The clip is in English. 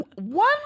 One